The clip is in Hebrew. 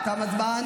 תם, תם הזמן.